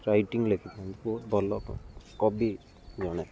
writing ଲେଖିଥାନ୍ତି ବହୁତ ଭଲ କବି ଜଣେ